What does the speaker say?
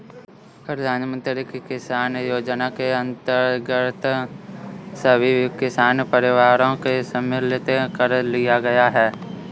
प्रधानमंत्री किसान योजना के अंतर्गत सभी किसान परिवारों को सम्मिलित कर लिया गया है